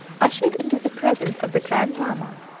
ushered into the presence of the grand lama,